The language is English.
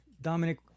Dominic